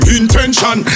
intention